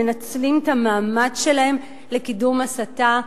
מנצלים את המעמד שלהם לקידום הסתה.